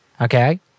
Okay